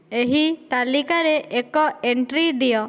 ଏହି ତାଲିକାରେ ଏକ ଏଣ୍ଟ୍ରି ଦିଅ